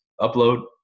Upload